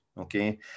okay